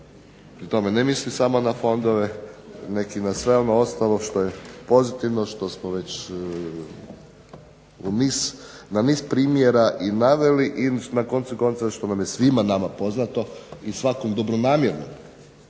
Pri tome ne mislim samo na fondove nego i na sve ono ostalo što je pozitivno, što smo već na niz primjera naveli i na koncu konca što nam je svima nama poznato i svakom dobronamjerno.